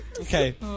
Okay